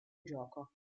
gioco